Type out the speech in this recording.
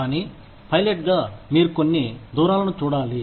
కానీ పైలెట్గా మీరు కొన్ని దూరాలను చూడాలి